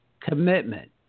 commitment